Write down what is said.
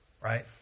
right